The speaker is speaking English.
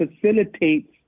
facilitates